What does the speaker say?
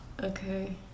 Okay